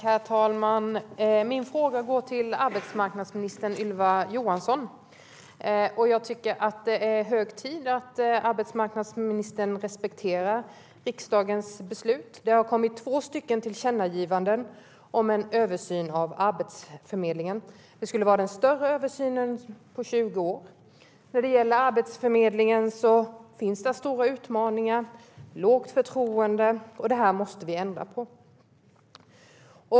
Herr talman! Min fråga går till arbetsmarknadsminister Ylva Johansson. Det är hög tid att arbetsmarknadsministern respekterar riksdagens beslut. Det har kommit två tillkännagivanden om en översyn av Arbetsförmedlingen. Det skulle vara den största översynen på 20 år. Det finns stora utmaningar när det gäller Arbetsförmedlingen med lågt förtroende. Det måste vi ändra på.